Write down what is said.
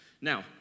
Now